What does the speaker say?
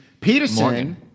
Peterson